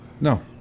No